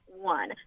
one